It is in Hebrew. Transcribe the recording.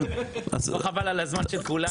לא חבל על הזמן של כולנו?